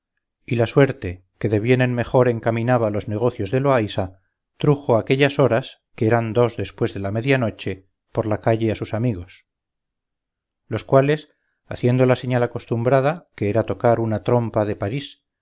y la suerte que de bien en mejor encaminaba los negocios de loaysa trujo a aquellas horas que eran dos después de la medianoche por la calle a sus amigos los cuales haciendo la señal acostumbrada que era tocar una trompa de parís